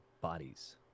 bodies